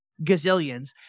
gazillions